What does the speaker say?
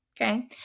Okay